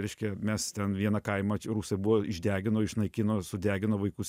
reiškia mes ten vieną kaimą čia rusai buvo išdegino išnaikino sudegino vaikus